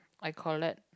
I collect